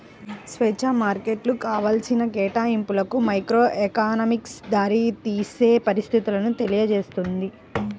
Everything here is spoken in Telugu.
స్వేచ్ఛా మార్కెట్లు కావాల్సిన కేటాయింపులకు మైక్రోఎకనామిక్స్ దారితీసే పరిస్థితులను తెలియజేస్తుంది